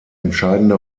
entscheidende